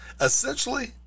Essentially